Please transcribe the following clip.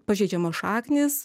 pažeidžiamos šaknys